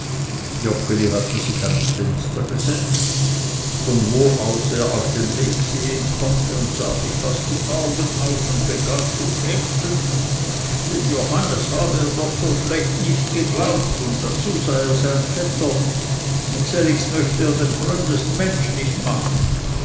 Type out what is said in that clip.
joggeli hatte sich ans fenster gesetzt von wo aus er auf den weg sehen konnte und sah sich fast die augen aus und begann zu schimpfen den johannes habe er doch so schlecht nicht geglaubt und dazu sei er sein vetter und selligs mochte er dem frömdest mensch nicht machen